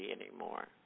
anymore